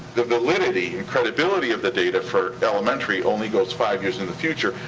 the validity and credibility of the data for elementary only goes five years in the future.